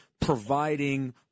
providing